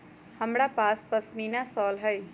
हमरा पास पशमीना शॉल हई